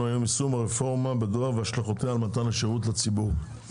על סדר היום יישום הרפורמה בדואר והשלכותיה על מתן השירות לציבור.